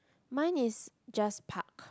mine is just park